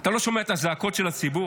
אתה לא ידעת מי זה בן גביר?